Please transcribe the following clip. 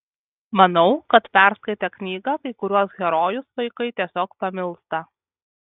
manau kad perskaitę knygą kai kuriuos herojus vaikai tiesiog pamilsta